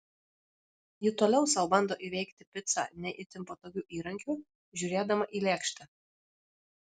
ji toliau sau bando įveikti picą ne itin patogiu įrankiu žiūrėdama į lėkštę